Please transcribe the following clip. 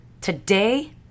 today